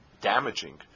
damaging